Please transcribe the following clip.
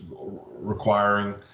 requiring